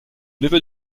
neveu